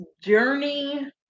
journey